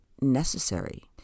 necessary